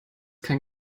kein